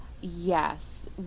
Yes